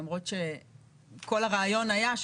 למרות שכל הרעיון היה,